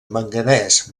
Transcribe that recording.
manganès